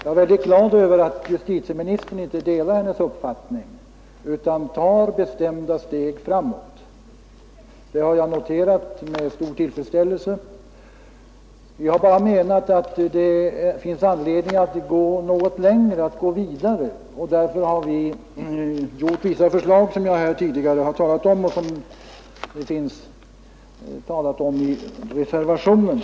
Jag är väldigt glad över att justitieministern inte delar hennes uppfattning utan tar bestämda steg framåt — det har jag noterat med stor tillfredsställelse. Vi reservanter har bara menat att man bör gå ännu något längre och därför har vi fört fram vissa förslag som jag har talat om tidigare och som finns omnämnda i reservationerna.